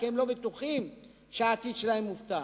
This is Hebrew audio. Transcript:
כי הם לא בטוחים שהעתיד שלהם מובטח.